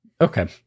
Okay